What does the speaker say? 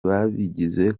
babigize